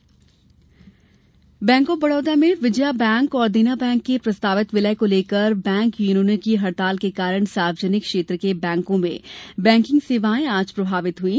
bank हड़ताल bank of Baroda में Vijaya bank और देना बैंक के प्रस्तावित विलय को लेकर बैंक यूनियनों की हड़ताल के कारण सार्वजनिक क्षेत्र के बैंकों में बैंकिंग सेवाएं आज प्रभावित हुई हैं